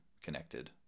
connected